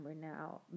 now